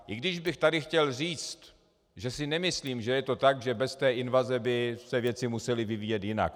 I když bych tady chtěl říci, že si nemyslím, že je to tak, že bez té invaze se věci musely vyvíjet jinak.